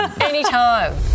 anytime